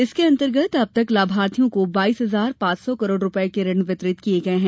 इसके अंतर्गत अब तक लाभार्थियों को बाईस हजार पांच सौ करोड़ रूपये के ऋण वितरित किये गये है